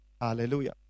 Hallelujah